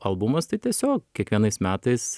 albumas tai tiesiog kiekvienais metais